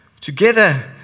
Together